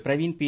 Praveen B